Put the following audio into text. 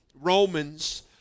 Romans